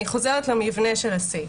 אני חוזרת למבנה של הסעיף.